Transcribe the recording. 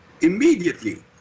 immediately